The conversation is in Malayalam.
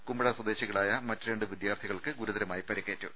കുമ്പഴ സ്വദേശികളായ മറ്റ് രണ്ട് വിദ്യാർത്ഥികൾക്ക് ഗുരുതരമായി പരിക്കേറ്റു